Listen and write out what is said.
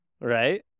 Right